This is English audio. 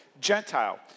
Gentile